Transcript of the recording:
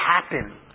happen